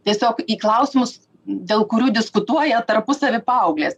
tiesiog į klausimus dėl kurių diskutuoja tarpusavy paauglės